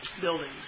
buildings